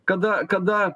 kada kada